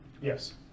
Yes